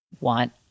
want